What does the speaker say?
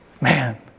Man